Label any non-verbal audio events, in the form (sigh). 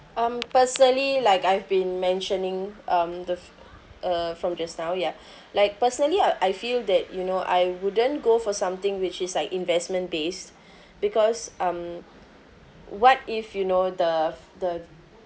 um personally like I've been mentioning um the f~ uh from just now ya (breath) like personally I I feel that you know I wouldn't go for something which is like investment based because um what if you know the f~ the